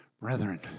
brethren